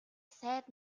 сайд